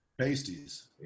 pasties